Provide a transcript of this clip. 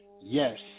yes